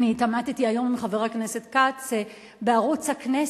התעמתי היום עם חבר הכנסת כץ בערוץ הכנסת,